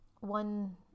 one